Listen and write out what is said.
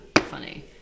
funny